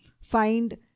find